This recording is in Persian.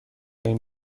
این